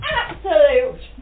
absolute